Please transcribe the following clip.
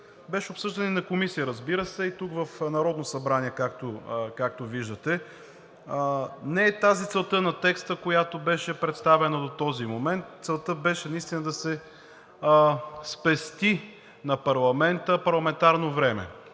беше обсъждан и в Комисията, разбира се, и тук в Народното събрание, както виждате. Не е тази целта на текста, която беше представена до този момент. Целта беше наистина да се спести на парламента парламентарно време,